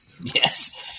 yes